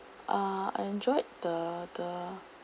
uh I enjoyed the the